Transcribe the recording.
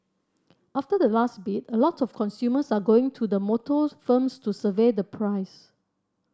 after the last bid a lot of consumers are going to the motor firms to survey the price